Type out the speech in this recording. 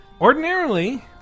ordinarily